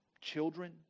children